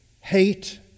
hate